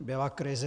Byla krize.